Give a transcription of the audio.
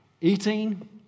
eating